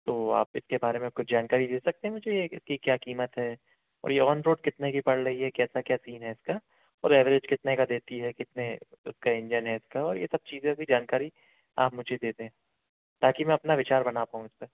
तो आप इसके बारे में कुछ जानकारी दे सकते हैं मुझे इसकी क्या कीमत है और ये ऑन रोड कितने की पड़ रही है कैसा क्या सीन है इसका और एवरेज कितने का देती है कितने का इंजन है इसका ये सब चीज़ों की जानकारी आप मुझे दे दें ताकि मैं अपना विचार बना पाऊँ इसपे